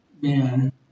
man